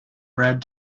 bred